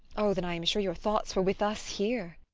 oh, then, i am sure your thoughts were with us here.